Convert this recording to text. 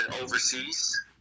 overseas